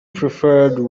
preferred